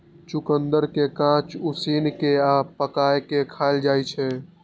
चुकंदर कें कांच, उसिन कें आ पकाय कें खाएल जाइ छै